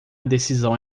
decisão